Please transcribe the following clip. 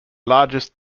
largest